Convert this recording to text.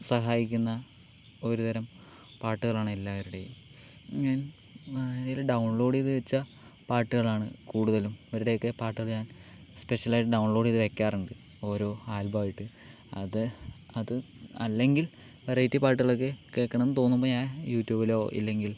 സഹായിക്കുന്ന ഒരു തരം പാട്ടുകളാണ് എല്ലാവരുടെയും ഇതിൽ ഡൗൺലോഡ് ചെയ്തു വെച്ച പാട്ടുകളാണ് കൂടുതലും ഇവരുടെയൊക്കെ പാട്ടുകൾ ഞാൻ സ്പെഷ്യൽ ആയിട്ട് ഡൗൺലോഡ് ചെയ്ത് വെക്കാറുണ്ട് ഓരോ ആൽബം ആയിട്ട് അത് അത് അല്ലെങ്കിൽ വെറൈറ്റി പാട്ടുകളൊക്കെ കേൾക്കണം എന്ന് തോന്നുമ്പോൾ ഞാൻ യൂട്യൂബിലോ ഇല്ലെങ്കിൽ